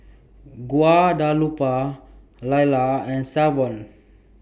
Guadalupe Lalla and Savon